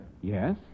yes